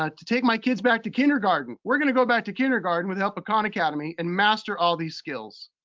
ah to take my kids back to kindergarten. we're gonna go back to kindergarten with the help of khan academy and master all these skills,